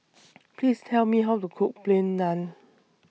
Please Tell Me How to Cook Plain Naan